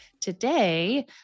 Today